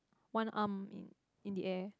one arm in in the air